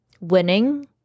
winning